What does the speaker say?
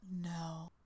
No